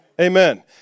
Amen